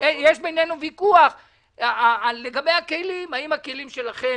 יש בינינו ויכוח לגבי הכלים, האם הכלים שלכם